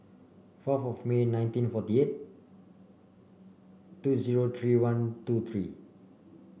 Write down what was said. fourth of May nineteen forty eight two zero three one two three